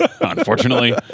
Unfortunately